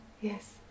Yes